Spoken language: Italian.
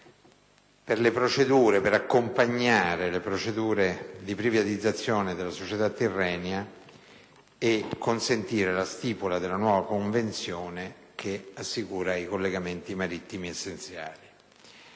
2010 e 2011 per accompagnare le procedure di privatizzazione della società Tirrenia e consentire la stipula della nuova convenzione che assicura i collegamenti marittimi essenziali.